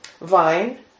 vine